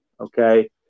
Okay